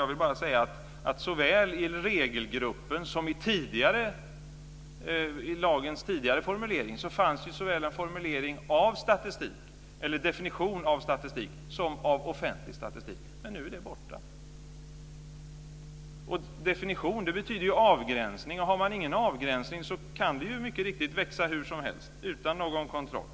Jag vill bara säga att såväl i regelgruppen som i lagens tidigare formulering fanns en definition av offentlig statistik - men nu är den borta. Definition betyder ju avgränsning, och har man ingen avgränsning så kan det hela mycket riktigt växa hur som helst, utan någon kontroll.